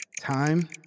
Time